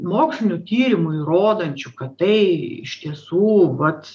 mokslinių tyrimų įrodančių kad tai iš tiesų vat